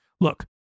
Look